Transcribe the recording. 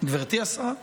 גברתי השרה,